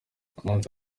umunsi